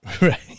Right